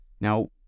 now